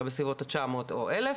אלא בסביבות ה- 900 או 1,000,